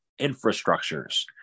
infrastructures